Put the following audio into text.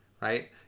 right